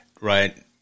Right